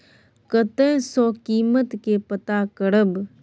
कतय सॅ कीमत के पता करब?